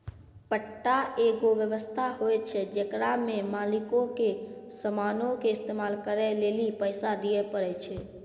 पट्टा एगो व्य्वस्था होय छै जेकरा मे मालिको के समानो के इस्तेमाल करै लेली पैसा दिये पड़ै छै